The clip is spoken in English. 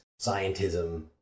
scientism